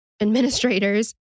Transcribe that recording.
administrators